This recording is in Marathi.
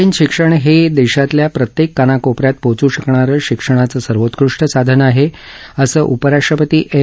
ऑनलाइन शिक्षण हे देशातल्या प्रत्येक कानाकोप यात पोचू शकणारं शिक्षणाचं सर्वोत्कृष्ठ साधन आहे असं उपराष्ट्रपती एम